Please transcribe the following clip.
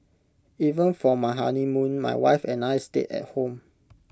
even for my honeymoon my wife and I stayed at home